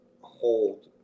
hold